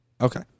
Okay